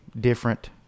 different